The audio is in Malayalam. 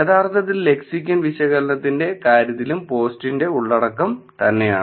യഥാർത്ഥത്തിൽ ലെക്സിക്കൽ വിശകലനത്തിന്റെ കാര്യത്തിലും റഫർ സമയം 0627 പോസ്റ്റിലെ ഉള്ളടക്കം തന്നെയാണ്